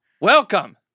welcome